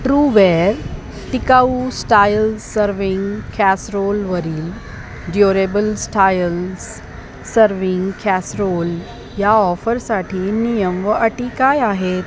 Trueware टिकाऊ styles serving कॅसरोलवरील durable styles serving casserole ह्या ऑफरसाठी नियम व अटी काय आहेत